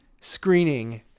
screening